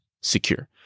secure